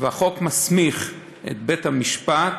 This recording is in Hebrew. החוק מסמיך את בית-המשפט